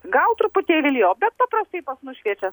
gal truputėlį lijo bet paprastai pas mus šviečia